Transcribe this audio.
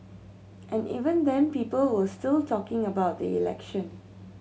and even then people were still talking about the election